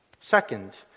Second